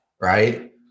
right